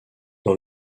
dans